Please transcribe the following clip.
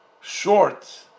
short